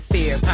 Fear